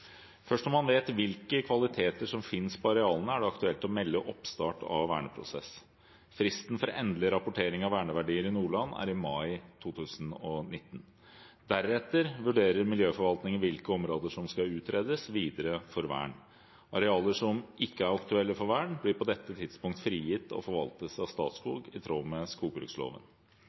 Først når man vet hvilke kvaliteter som fins på arealene, er det aktuelt å melde oppstart av verneprosess. Fristen for endelig rapportering av verneverdier i Nordland er i mai 2019. Deretter vurderer miljøforvaltningen hvilke områder som skal utredes videre for vern. Arealer som ikke er aktuelle for vern, blir på dette tidspunkt frigitt og forvaltes av Statskog i tråd med skogbruksloven.